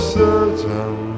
certain